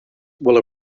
will